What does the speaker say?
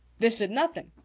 this it nothing.